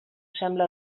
sembla